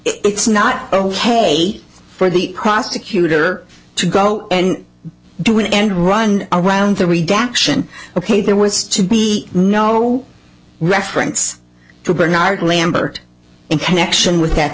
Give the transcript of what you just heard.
it's not ok for the prosecutor to go and do an end run around the reduction ok there was to be no reference to bernard lambert in connection with that